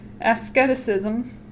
asceticism